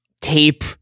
tape